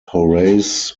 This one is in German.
horace